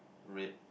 red